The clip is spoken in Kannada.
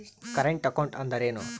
ಕರೆಂಟ್ ಅಕೌಂಟ್ ಅಂದರೇನು?